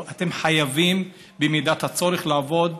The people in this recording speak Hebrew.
או שאתם חייבים במידת הצורך לעבוד